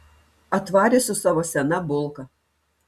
atvarė su savo sena bulka